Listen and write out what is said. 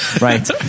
right